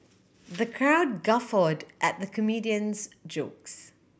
the crowd guffawed at the comedian's jokes